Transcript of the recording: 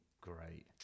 great